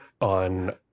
on